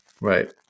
Right